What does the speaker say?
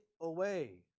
away